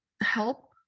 help